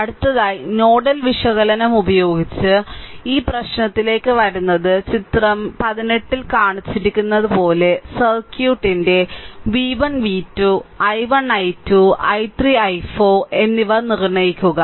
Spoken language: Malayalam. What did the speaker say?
അടുത്തതായി നോഡൽ വിശകലനം ഉപയോഗിച്ച് ഈ പ്രശ്നത്തിലേക്ക് വരുന്നത് ചിത്രം 18 ൽ കാണിച്ചിരിക്കുന്നതുപോലെ സർക്യൂട്ടിന്റെ v1 v2 i1 i2 i3 i4 എന്നിവ നിർണ്ണയിക്കുക